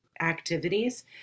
activities